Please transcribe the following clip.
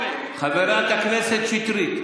חברת הכנסת שטרית.